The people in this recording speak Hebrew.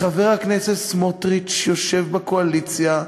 חבר הכנסת סמוטריץ יושב בקואליציה,